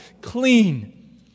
clean